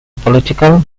political